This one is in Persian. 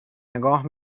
نگاه